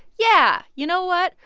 yeah, you know what?